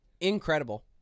Incredible